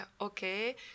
okay